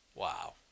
Wow